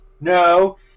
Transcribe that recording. no